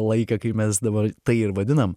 laiką kai mes dabar tai ir vadinam